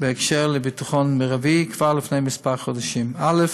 בקשר לביטחון מרבי כבר לפני כמה חודשים: א.